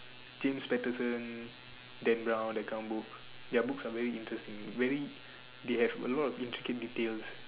tim Peterson Dan brown that kinda book their books are very interesting very they have a lot of intricate details